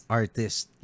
artist